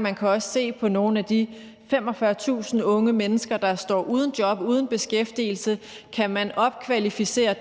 man kan også se på nogle af de 45.000 unge mennesker, der står uden job, uden beskæftigelse, om man kan opkvalificere,